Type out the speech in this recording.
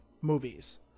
movies